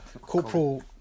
Corporal